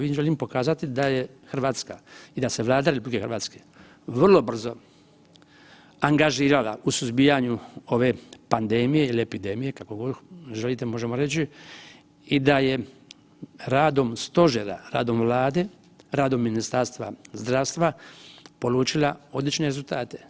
Ovim želim pokazati da je Hrvatska i da se Vlada RH vrlo brzo angažirala u suzbijanju ove pandemije ili epidemije kako god želite možemo reći i da je radom Stožera, radom Vlade, radom Ministarstvom zdravstva polučila odlične rezultate.